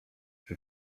czy